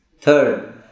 Third